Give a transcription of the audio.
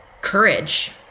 courage